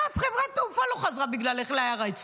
אף חברת תעופה לא חזרה בגללך לארץ.